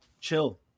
Chill